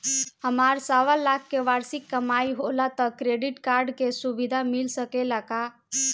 हमार सवालाख के वार्षिक कमाई होला त क्रेडिट कार्ड के सुविधा मिल सकेला का?